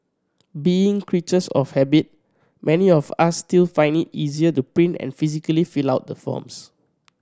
being creatures of habit many of us still find it easier to print and physically fill out the forms